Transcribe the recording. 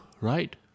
right